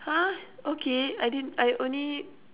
!huh! okay I didn't I only